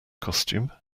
costume